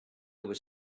was